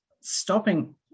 stopping